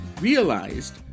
realized